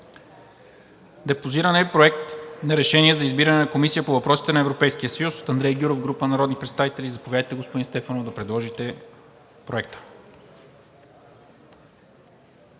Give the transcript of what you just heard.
Депозиран е Проект на решение за избиране на Комисия по въпросите на Европейския съюз от Андрей Гюров и група народни представители. Заповядайте, господин Стефанов, да предложите Проекта.